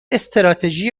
استراتژی